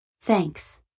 Thanks